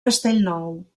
castellnou